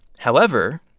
however,